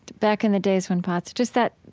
back in the days when pots, just that,